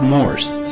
Morse